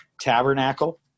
tabernacle